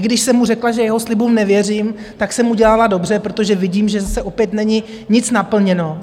Když jsem mu řekla, že jeho slibům nevěřím, tak jsem udělala dobře, protože vidím, že zase opět není nic naplněno.